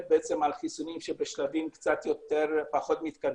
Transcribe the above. על החיסונים שנמצאים בשלבים שהם פחות מתקדמים,